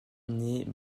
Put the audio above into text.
née